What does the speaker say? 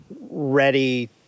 ready